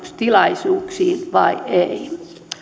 tilaisuuksiin vai ei